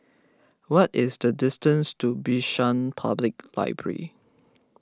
what is the distance to Bishan Public Library